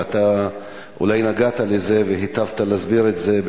ואתה אולי נגעת בזה והיטבת להסביר את זה,